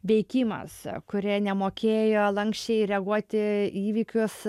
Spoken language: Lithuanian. veikimas kurie nemokėjo lanksčiai reaguoti į įvykius